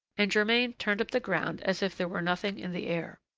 and germain turned up the ground as if there were nothing in the air.